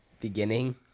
beginning